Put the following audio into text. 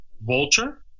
Vulture